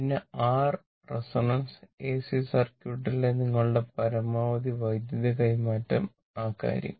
പിന്നെ r resonance AC സർക്യൂട്ടിലെ നിങ്ങളുടെ പരമാവധി വൈദ്യുതി കൈമാറ്റം ആ കാര്യങ്ങൾ